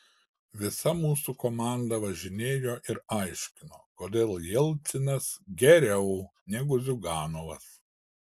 visa mūsų komanda važinėjo ir aiškino kodėl jelcinas geriau negu ziuganovas